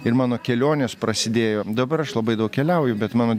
ir mano kelionės prasidėjo dabar aš labai daug keliauju bet mano